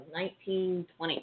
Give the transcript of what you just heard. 1920